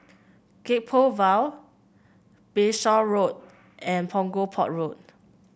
Gek Poh Ville Bayshore Road and Punggol Port Road